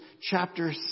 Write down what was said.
chapter